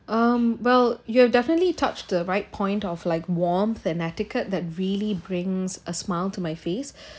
um well you are definitely touched the right point of like warmth and etiquette that really brings a smile to my face